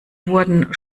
wurden